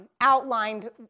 outlined